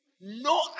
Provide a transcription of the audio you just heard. no